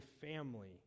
family